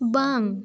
ᱵᱟᱝ